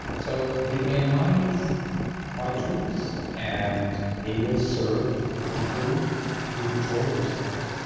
so the a i s are tools. and they will serve the people who control those tools.